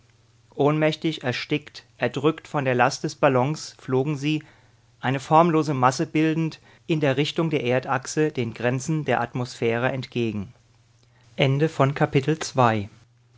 ohnmächtig erstickt erdrückt von der last des ballons flogen sie eine formlose masse bildend in der richtung der erdachse den grenzen der atmosphäre entgegen